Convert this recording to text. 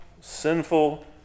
sinful